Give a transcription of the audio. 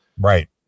Right